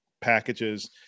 packages